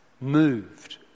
moved